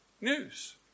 news